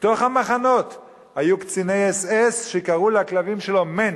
בתוך המחנות היו קציני אס.אס שקראו לכלבים שלהם "מענטש",